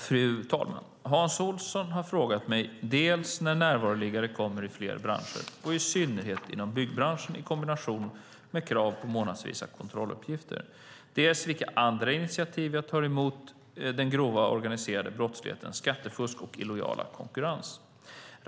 Fru talman! Hans Olsson har frågat mig dels när närvaroliggare kommer i fler branscher och i synnerhet inom byggbranschen i kombination med krav på månadsvisa kontrolluppgifter, dels vilka andra initiativ jag tar mot den grova organiserade brottslighetens skattefusk och illojal konkurrens.